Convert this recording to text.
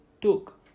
took